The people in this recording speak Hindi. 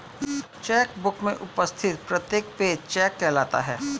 चेक बुक में उपस्थित प्रत्येक पेज चेक कहलाता है